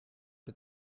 der